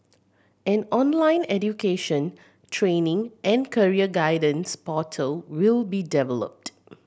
an online education training and career guidance portal will be developed